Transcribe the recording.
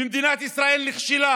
ומדינת ישראל נכשלה